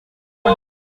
well